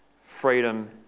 freedom